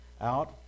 out